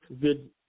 good